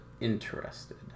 interested